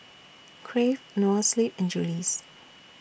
Crave Noa Sleep and Julie's